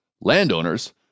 Landowners